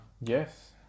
Yes